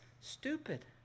stupid